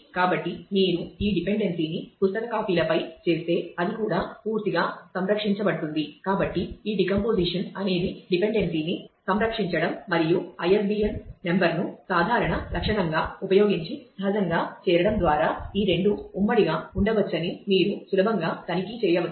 కాబట్టి మీరు ఈ డిపెండెన్సీని సంరక్షించడం మరియు ISBN నంబర్ను సాధారణ లక్షణంగా ఉపయోగించి సహజంగా చేరడం ద్వారా ఈ రెండూ ఉమ్మడిగా ఉండవచ్చని మీరు సులభంగా తనిఖీ చేయవచ్చు